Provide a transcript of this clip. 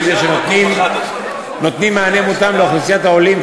זה נותנים מענה מותאם לאוכלוסיית העולים,